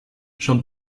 schon